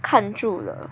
看住了